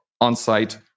on-site